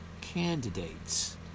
candidates